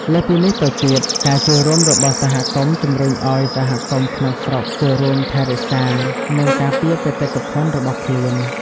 លើសពីនេះទៅទៀត ការចូលរួមរបស់សហគមន៍ ជំរុញឲ្យសហគមន៍ក្នុងស្រុកចូលរួមថែរក្សា និងការពារបេតិកភណ្ឌរបស់ខ្លួន។